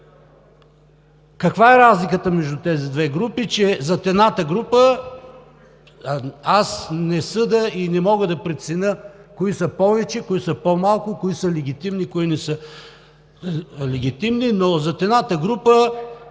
Каква е разликата между тези две групи? Че зад едната група – аз не съдя и не мога да преценя кои са повече, кои са по-малко, кои са легитимни, кои не са легитимни, но зад едната група